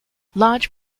large